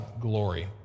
glory